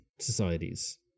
societies